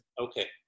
Okay